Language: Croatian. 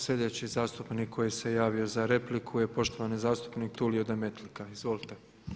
Sljedeći zastupnik koji se javio za repliku je poštovani zastupnik Tulio Demetlika, izvolite.